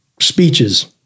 speeches